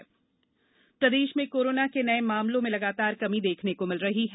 corona प्रदेश प्रदेश में कोरोना के नये मामलों में लगातार कमी देखने को मिल रही है